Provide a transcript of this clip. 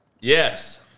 Yes